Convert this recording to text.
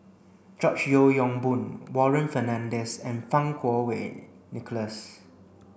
George Yeo Yong Boon Warren Fernandez and Fang Kuo Wei Nicholas